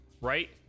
right